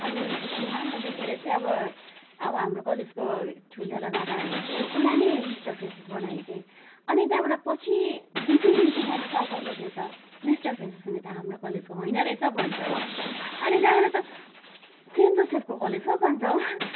अनि उसको राम्रो देखेर चाहिँ अब अब हाम्रो कलेजको ठुल्ठुला दादाहरूले चाहिँ उसलाई नै मिस्टर फ्रेसेस बनायो के अनि त्यहाँबाट पछि दुई तिन दिन पछाडि चाल पाउँदाखेरि त मिस्टर फ्रेसेस हुने त हाम्रो कलेजको होइन रहेछ भन्छ हो अनि त्यहाँबाट त सेन्ट जोसेफको कलेजको पो भन्छ